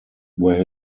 where